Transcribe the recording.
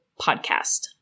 podcast